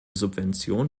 subventionen